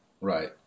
Right